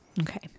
Okay